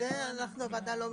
זה הוועדה לא מחליטה.